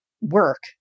work